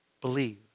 believe